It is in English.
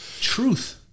Truth